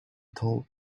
told